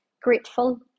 grateful